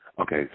Okay